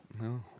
No